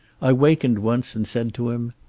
i wakened once and said to him,